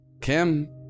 Kim